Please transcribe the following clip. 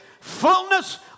fullness